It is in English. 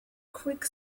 creek